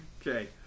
Okay